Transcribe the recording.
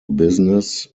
business